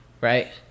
Right